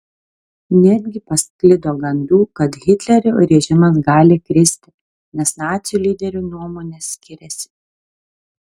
netgi pasklido gandų kad hitlerio režimas gali kristi nes nacių lyderių nuomonės skiriasi